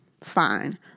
Fine